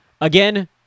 Again